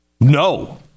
no